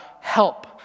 help